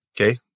Okay